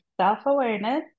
Self-Awareness